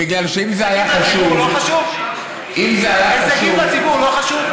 כי אם זה היה חשוב, הישגים לציבור לא חשוב?